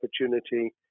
opportunity